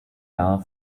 jahr